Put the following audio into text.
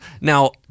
now